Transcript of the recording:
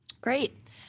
Great